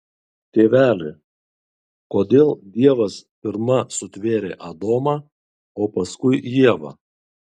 tėveli kodėl dievas pirma sutvėrė adomą o paskui ievą